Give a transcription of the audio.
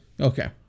Okay